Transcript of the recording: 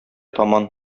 таман